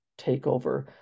takeover